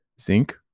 Zinc